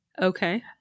Okay